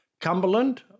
Cumberland